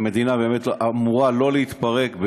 המדינה באמת אמורה לא להתפרק,